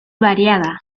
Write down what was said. variada